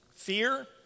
Fear